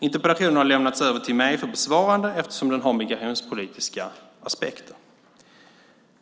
Interpellationen har lämnats över till mig för besvarande, eftersom den har migrationspolitiska aspekter.